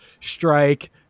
strike